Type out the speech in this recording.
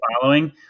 following